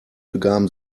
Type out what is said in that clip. begaben